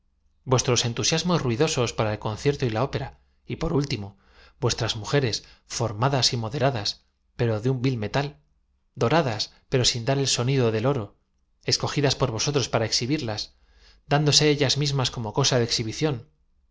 vuestros entusiasmos ruidosos para el concierto y la ópera y por último vuestras mujeres formadas y moderadas pero de un vu metau doradas pero sin dar el sonido del oro escogidas por vosotros para exhibirlas dándose ellas mismas como cosa de exhibición